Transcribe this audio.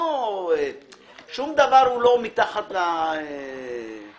שום דבר הוא לא מתחת לרדאר.